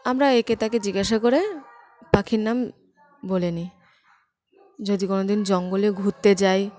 আমরা একে তাকে জিজ্ঞাসা করে পাখির নাম বলে নিই যদি কোনো দিন জঙ্গলে ঘুরতে যাই